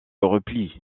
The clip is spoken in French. repli